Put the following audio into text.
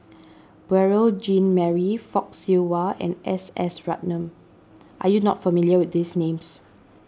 Beurel Jean Marie Fock Siew Wah and S S Ratnam are you not familiar with these names